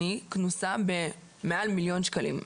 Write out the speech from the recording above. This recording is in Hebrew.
אני אקנס במעל ממיליון שקלים.